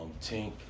Tink